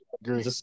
agree